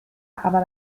aber